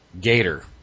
gator